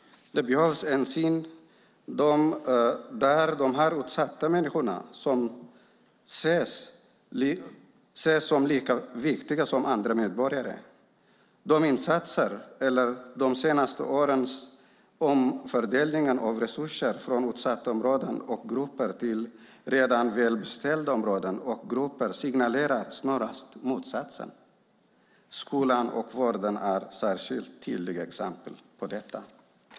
De här utsatta människorna behöver ses som lika viktiga som andra medborgare. De insatser eller de senaste årens omfördelningar av resurser från utsatta områden och grupper till redan välbeställda områden och grupper signalerar snarast motsatsen. Skolan och vården är särskilt tydliga exempel på detta.